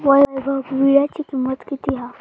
वैभव वीळ्याची किंमत किती हा?